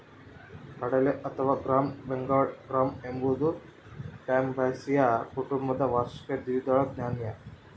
ಕಡಲೆ ಅಥವಾ gram Bengal gram ಎಂಬುದು ಫ್ಯಾಬಾಸಿಯ ಕುಟುಂಬದ ವಾರ್ಷಿಕ ದ್ವಿದಳ ಧಾನ್ಯ